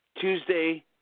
Tuesday